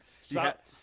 Stop